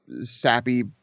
sappy